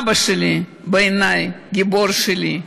אבא שלי, בעיני הוא גיבור שלי,